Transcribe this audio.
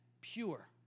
pure